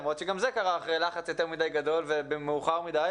למרות שגם זה קרה אחרי לחץ יותר מדי גדול ומאוחר מדי,